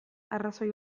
arrazoi